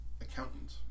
accountant